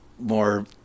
More